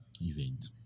event